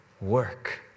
work